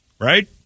Right